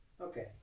Okay